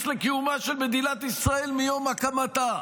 לקיומה של מדינת ישראל מיום הקמתה,